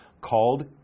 called